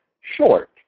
short